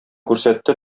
күрсәтте